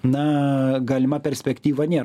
na galima perspektyva nėr